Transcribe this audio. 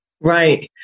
Right